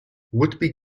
whitby